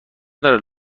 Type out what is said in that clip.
دارد